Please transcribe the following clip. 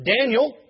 Daniel